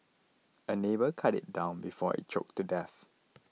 a neighbour cut it down before it choked to death